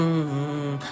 Mmm